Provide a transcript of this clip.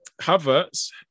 Havertz